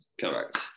Correct